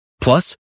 Plus